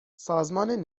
سازمان